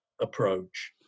approach